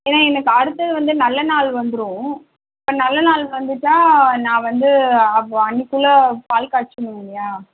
ஏன்னால் எனக்கு அடுத்தது வந்து நல்ல நாள் வந்துடும் ஸோ நல்ல நாள் வந்துவிட்டா நான் வந்து அவ் அன்றைக்குள்ள பால் காய்ச்சணுமில்லயா